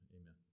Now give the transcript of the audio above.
amen